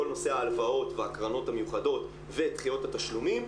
כל נושא ההלוואות והקרנות המיוחדות ודחיות התשלומים.